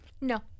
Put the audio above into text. No